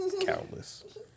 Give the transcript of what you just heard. Countless